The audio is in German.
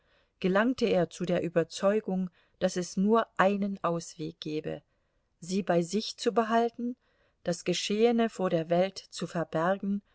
gelangte er zu der überzeugung daß es nur einen ausweg gebe sie bei sich zu behalten das geschehene vor der welt zu verbergen